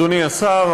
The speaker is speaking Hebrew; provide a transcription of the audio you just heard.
אדוני השר,